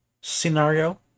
scenario